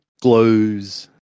glows